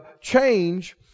change